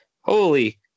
holy